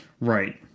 Right